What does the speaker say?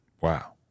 Wow